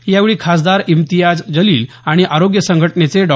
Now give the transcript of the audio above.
यावेळी खासदार इम्तियाज जलील आणि आरोग्य संघटनेचे डॉ